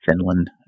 Finland